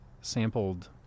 sampled